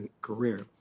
career